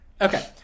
Okay